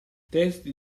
testi